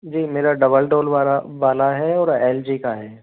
जी मेरा double door वाला है और एल जी का है